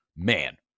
Man